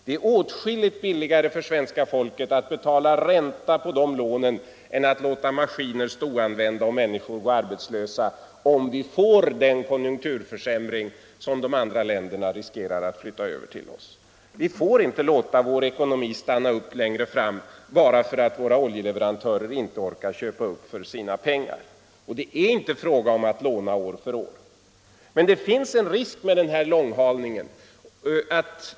Det är åtskilligt billigare för svenska folket att betala ränta på de lånen än att låta maskiner stå oanvända och låta människor gå arbetslösa om vi får den konjunkturförsämring som vi riskerar att andra länder flyttar över till oss. Vi får inte låta vår ekonomi stanna upp längre fram bara för att våra oljeleverantörer inte orkar köpa upp för sina pengar. Det är inte fråga om att låna år för år. Men det finns en risk med denna långhalning.